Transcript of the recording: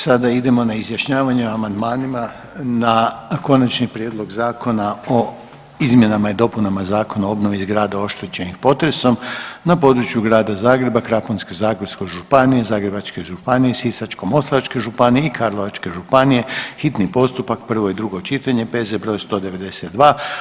Sada idemo na izjašnjavanje o amandmanima na Konačni prijedlog Zakona o izmjenama i dopunama Zakona o obnovi zgrada oštećenih potresom na području Grada Zagreba, Krapinsko-zagorske županije, Zagrebačke županije, Sisačko-moslavačke županije i Karlovačke županije, hitni postupak, prvo i drugo čitanje, P.Z. br. 192.